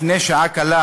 לפני שעה קלה